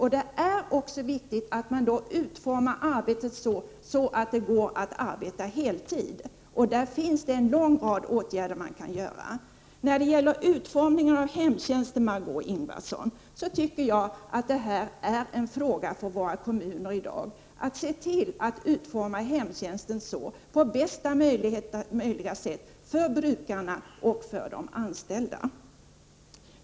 Viktigt är också att utforma arbetet så att det går att arbeta heltid. För detta finns det en lång rad åtgärder som kan vidtas. Utformningen av hemtjänsten, Margö Ingvardsson, tycker jag är en fråga för våra kommuner. De har att utforma hemtjänsten på bästa möjliga sätt för brukarna och för de anställda.